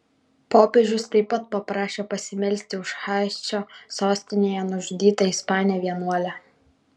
popiežius taip pat paprašė pasimelsti už haičio sostinėje nužudytą ispanę vienuolę